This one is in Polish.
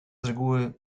reguły